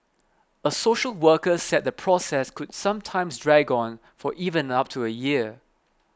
a social worker said the process could sometimes drag on for even up to a year